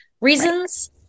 reasons